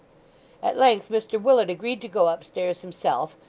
at length mr willet agreed to go upstairs himself,